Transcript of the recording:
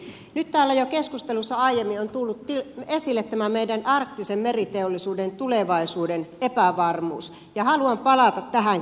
nyt täällä jo keskustelussa aiemmin on tullut esille tämä meidän arktisen meriteollisuuden tulevaisuuden epävarmuus ja haluan palata tähän kysymykseen